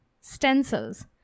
stencils